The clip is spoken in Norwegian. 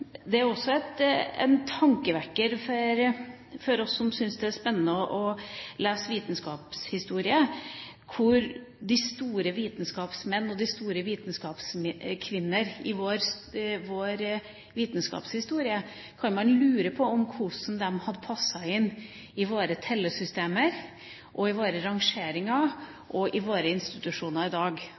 Det er også en tankevekker for oss som syns det er spennende å lese vitenskapshistorie, om de store vitenskapsmenn og de store vitenskapskvinner i vår vitenskapshistorie. Man kan lure på hvordan de hadde passet inn i våre tellesystemer, i våre rangeringer og i våre institusjoner i dag.